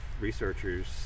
researchers